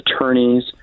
attorneys